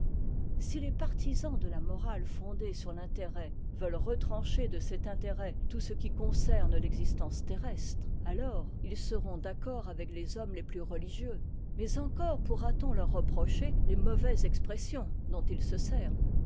si les partisans de la morale fondée sur l'intérêt veulent retrancher de cet intérêt tout ce qui concerne l'existence terrestre alors ils seront d'accord avec les hommes les plus religiepx mais encore pourra-t-on leur reprocher les mauvaises expressions dont ils se servent